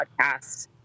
podcast